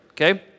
okay